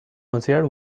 monsieur